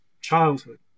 childhood